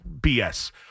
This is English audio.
BS